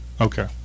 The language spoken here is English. Okay